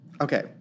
Okay